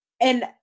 And-